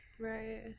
Right